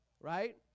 right